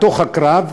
בתוך הקרב,